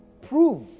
Prove